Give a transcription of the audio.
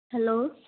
hello